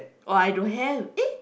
oh I don't have eh